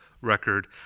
record